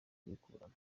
kuyikuramo